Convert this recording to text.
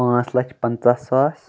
پانژھ لَچھ پَنٛژاہ ساس